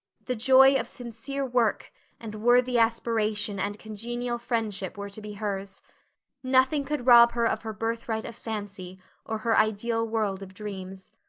the joy of sincere work and worthy aspiration and congenial friendship were to be hers nothing could rob her of her birthright of fancy or her ideal world of dreams.